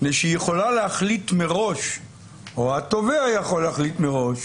מפני שהיא יכולה להחליט מראש או התובע יכול להחליט מראש,